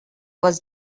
was